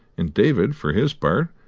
and david, for his part,